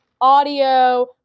audio